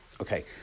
Okay